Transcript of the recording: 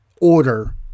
order